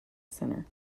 center